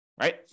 right